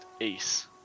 Ace